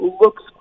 looks